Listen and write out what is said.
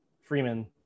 Freeman